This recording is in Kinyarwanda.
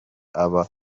aba